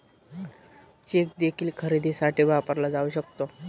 check देखील खरेदीसाठी वापरला जाऊ शकतो